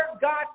God